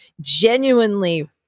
genuinely